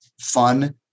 fun